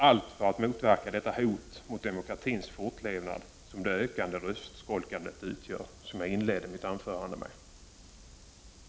Och det skulle motverka det hot mot demokratins fortlevnad som det ökande röstskolkandet utgör — och som jag inledde mitt anförande med att tala om.